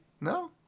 no